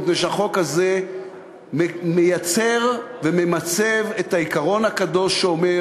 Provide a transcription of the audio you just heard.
מפני שהחוק הזה מייצר וממצב את העיקרון הקדוש שאומר